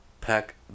Pack